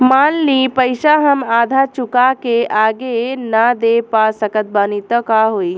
मान ली पईसा हम आधा चुका के आगे न दे पा सकत बानी त का होई?